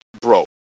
bro